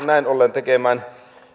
näin ollen tekemään